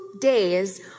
days